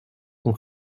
son